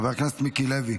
חבר הכנסת מיקי לוי,